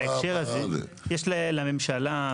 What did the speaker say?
בהקשר הזה יש לממשלה,